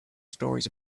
stories